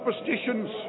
superstitions